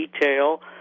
detail